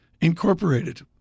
Incorporated